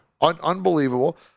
Unbelievable